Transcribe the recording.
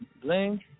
bling